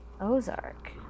Ozark